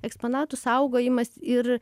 eksponatų saugojimas ir